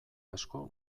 asko